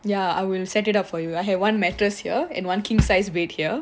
ya I will set it up for you I had one mattress here and one king sized bed here